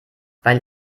weil